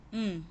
mm